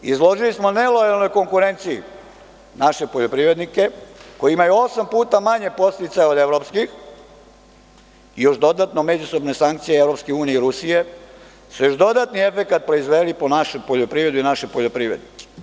Izložili smo nelojalnoj konkurenciji naše poljoprivrednike, koji imauju osam puta manje podsticaja od evropskih,i još dodatno međusobne sankcije EU i Rusije su još dodatni efekat proizveli po našu poljoprivredu i naše poljoprivrednike.